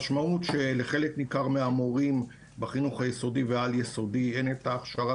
שלחלק ניכר מהמורים בחינוך היסודי והעל-יסודי אין את ההכשרה,